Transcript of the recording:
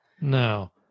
No